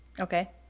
Okay